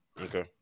Okay